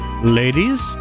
Ladies